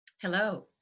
Hello